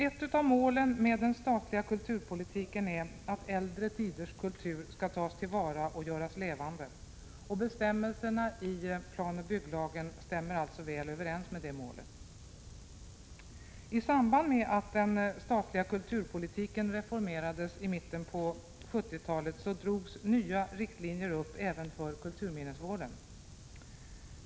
Ett av målen med den statliga kulturpolitiken är att äldre tiders kultur skall tas till vara och göras levande, och bestämmelserna i PBL stämmer alltså väl överens med det målet. I samband med att den statliga kulturpolitiken reformerades i mitten av 1970-talet drogs nya riktlinjer upp även för kulturminnesvården.